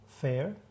Fair